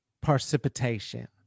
precipitation